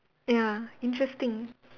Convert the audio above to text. ya interesting